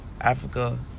Africa